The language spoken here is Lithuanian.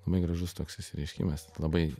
labai gražus toks išsireiškimas labai